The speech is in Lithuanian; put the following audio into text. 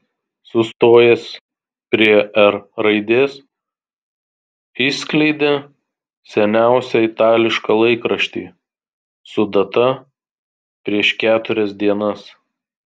sustojęs prie r raidės išskleidė seniausią itališką laikraštį su data prieš keturias dienas